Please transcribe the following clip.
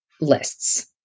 lists